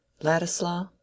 Ladislaw